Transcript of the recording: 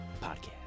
Podcast